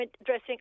addressing